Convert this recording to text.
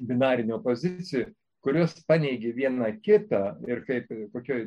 binarinių opozicijų kurios paneigė viena kitą ir kaip kokioj